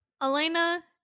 Elena